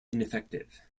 ineffective